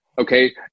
Okay